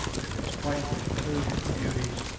and its white and curving beauties,